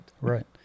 Right